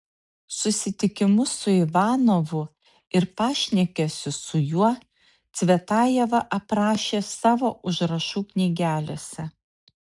susitikimus su ivanovu ir pašnekesius su juo cvetajeva aprašė savo užrašų knygelėse